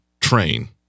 train